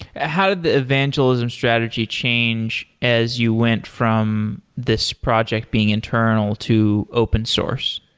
ah how did the evangelism strategy changed as you went from this project being internal to open source.